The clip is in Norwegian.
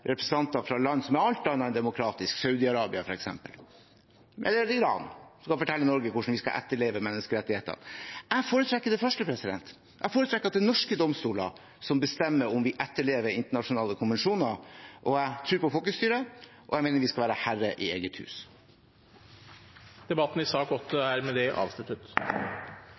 representanter fra land som er alt annet enn demokratiske – Saudi-Arabia f.eks. eller Iran – som skal fortelle Norge hvordan vi skal etterleve menneskerettighetene? Jeg foretrekker det første. Jeg foretrekker at det er norske domstoler som bestemmer om vi etterlever internasjonale konvensjoner. Jeg tror på folkestyret, og jeg mener vi skal være herre i eget hus.